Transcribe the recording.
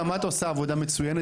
גם את עושה עבודה מצוינת,